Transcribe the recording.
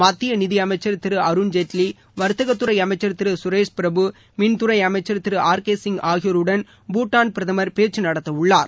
மத்திய நிதியமைச்ச் திரு அருண் ஜேட்லி வர்த்தகத்துறை அமைச்ன் திரு சுரேஷ் பிரபு மின்துறை அமைச்ன் திரு ஆர் கே சிங் ஆகியோருடன் பூட்டான் பிரதமர் பேச்சு நடத்தவுள்ளார்